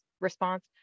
response